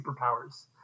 superpowers